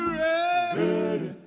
ready